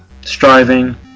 striving